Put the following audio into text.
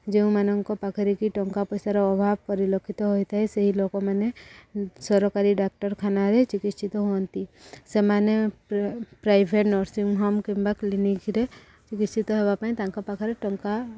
ଯେଉଁମାନଙ୍କ ପାଖରେ କି ଟଙ୍କା ପଇସାର ଅଭାବ ପରିଲକ୍ଷିତ ହୋଇଥାଏ ସେହି ଲୋକମାନେ ସରକାରୀ ଡାକ୍ତରଖାନାରେ ଚିକିତ୍ସିତ ହୁଅନ୍ତି ସେମାନେ ପ୍ରାଇଭେଟ ନର୍ସିଂ ହୋମ୍ କିମ୍ବା କ୍ଲିନିକରେ ଚିକିତ୍ସିତ ହେବା ପାଇଁ ତାଙ୍କ ପାଖରେ ଟଙ୍କା